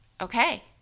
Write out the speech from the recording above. Okay